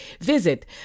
Visit